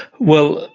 well,